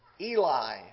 Eli